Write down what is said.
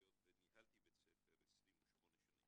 היות וניהלתי בית ספר 28 שנים.